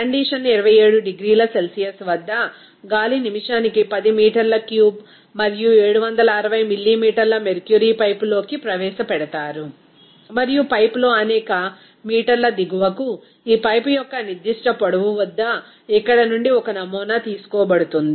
condition 27 డిగ్రీల Celsius వద్ద గాలి నిమిషానికి 10 మీటర్ల క్యూబ్ మరియు 760 మిల్లీమీటర్ల మెర్క్యురీ పైపులోకి ప్రవేశపెడతారు మరియు పైపులో అనేక మీటర్ల దిగువకు ఈ పైపు యొక్క నిర్దిష్ట పొడవు వద్ద ఇక్కడ నుండి ఒక నమూనా తీసుకోబడుతుంది